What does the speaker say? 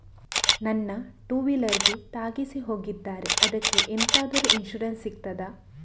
ನನ್ನ ಟೂವೀಲರ್ ಗೆ ತಾಗಿಸಿ ಹೋಗಿದ್ದಾರೆ ಅದ್ಕೆ ಎಂತಾದ್ರು ಇನ್ಸೂರೆನ್ಸ್ ಸಿಗ್ತದ?